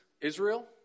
Israel